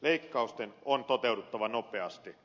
leikkausten on toteuduttava nopeasti